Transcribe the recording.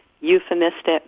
euphemistic